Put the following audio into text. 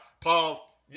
Paul